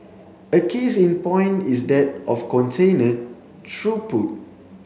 a case in point is that of container throughput